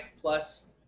plus